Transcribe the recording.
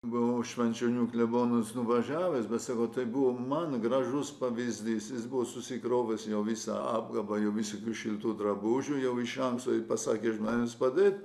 buvo švenčionių klebonas nuvažiavęs bet sakau tai buvo man gražus pavyzdys jis buvo susikrovęs jau visą apkabą jau visokių šiltų drabužių jau iš anksto pasakė žmones padėti